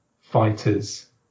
fighters